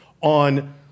on